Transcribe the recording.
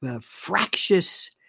Fractious